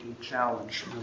challenge